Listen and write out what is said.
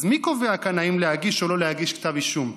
אז מי קובע כאן אם להגיש או לא להגיש כתב אישום?